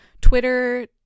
Twitter